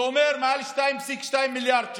זה אומר מעל 2.2 מיליארד שקלים.